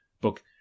book